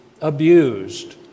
abused